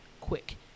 Quick